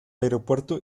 aeropuerto